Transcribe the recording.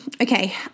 okay